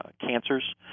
cancers